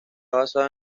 basado